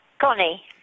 Connie